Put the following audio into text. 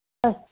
अस्तु